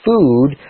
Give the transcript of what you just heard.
food